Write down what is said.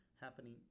happening